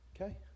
Okay